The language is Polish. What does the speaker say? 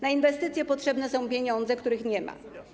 Na inwestycje potrzebne są pieniądze, których nie ma.